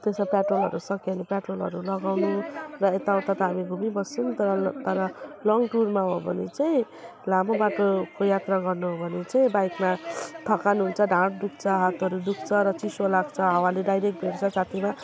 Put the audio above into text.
त्यसमा पेट्रोलहरू सक्यो भने पेट्रलहरू लगाउनु र एता उता त हामी घुमिबस्छौँ तर लङ टुरमा हो भने चाहिँ लामो बाटोको यात्रा गर्नु हो भने चाहिँ बाइकमा थकान हुन्छ ढाड दुःख्छ हातहरू दुःख्छ र चिसो लाग्छ हावाले डाइरेक्ट भेट्छ छातीमा